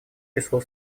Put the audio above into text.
число